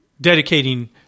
Dedicating